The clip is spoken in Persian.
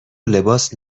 لباس